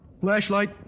Flashlight